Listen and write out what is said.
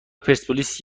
پرسپولیس